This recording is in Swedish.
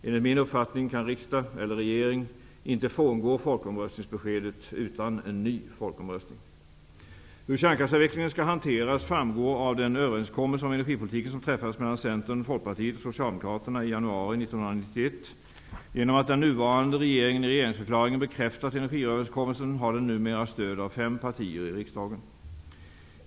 Enligt min uppfattning kan riksdag eller regering inte frångå folkomröstningsbeskedet utan en ny folkomröstning. Hur kärnkraftsavvecklingen skall hanteras framgår av den överenskommelse om energipolitiken som träffades mellan Centern, Folkpartiet och Socialdemokraterna i januari 1991. Genom att den nuvarande regeringen i regeringsförklaringen bekräftat energiöverenskommelsen har den numera stöd av fem partier i riksdagen.